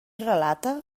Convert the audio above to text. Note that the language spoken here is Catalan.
relata